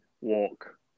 walk